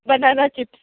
banana chips